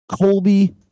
Colby